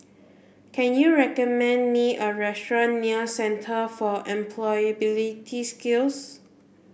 can you recommend me a restaurant near Centre for Employability Skills